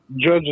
judge